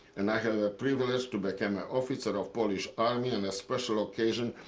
and i have a privilege to become a officer of polish army. and a special occasion,